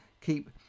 keep